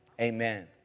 Amen